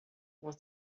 was